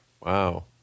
Wow